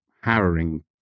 harrowing